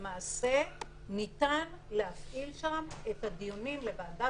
נלך למעצר עד שיוכן תזכיר וכו'.